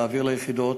להעביר ליחידות,